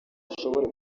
ashobore